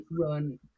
run